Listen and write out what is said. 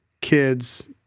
kids